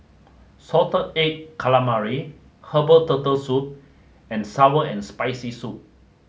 Salted Egg Calamari Herbal Turtle Soup and sour and spicy soup